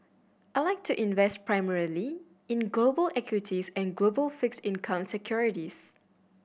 I like to invest primarily in global equities and global fixed income securities